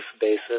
basis